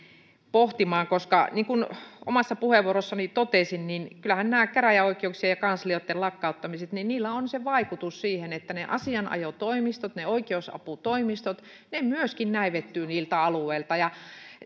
pohtimaan koska niin kuin omassa puheenvuorossani totesin kyllähän näiden käräjäoikeuksien ja kanslioitten lakkauttamisilla on se vaikutus että myöskin ne asianajotoimistot ne oikeusaputoimistot näivettyvät niiltä alueilta